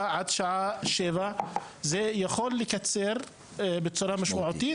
עד שעה 19:00 זה יכול לקצר בצורה משמעותית.